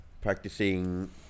practicing